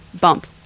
Bump